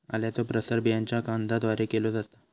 आल्याचो प्रसार बियांच्या कंदाद्वारे केलो जाता